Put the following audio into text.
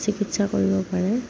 চিকিৎসা কৰিব পাৰে